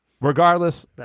regardless